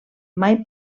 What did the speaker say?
mai